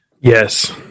Yes